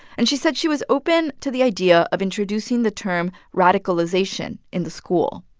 and she said she was open to the idea of introducing the term radicalization in the school.